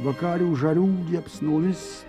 vakarių žarų liepsnomis